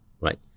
right